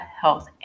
health